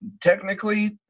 Technically